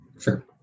Sure